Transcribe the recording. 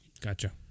gotcha